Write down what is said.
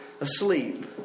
asleep